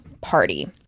party